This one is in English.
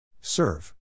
Serve